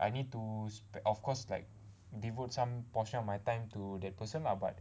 I need to of course like devote some portion of my time to that person lah but